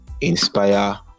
inspire